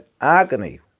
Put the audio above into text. agony